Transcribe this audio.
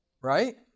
Right